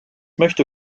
möchte